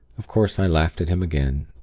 of course, i laughed at him again,